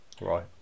Right